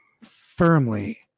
firmly